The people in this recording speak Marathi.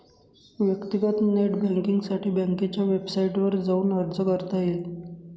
व्यक्तीगत नेट बँकींगसाठी बँकेच्या वेबसाईटवर जाऊन अर्ज करता येईल